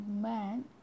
man